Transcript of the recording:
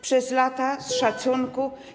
Przez lata, z szacunku.